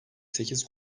sekiz